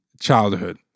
childhood